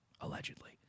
allegedly